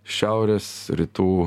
šiaurės rytų